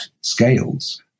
scales